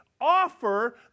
Offer